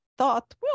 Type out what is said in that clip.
thought